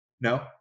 No